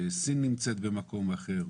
סין נמצאת במקום אחר,